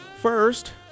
First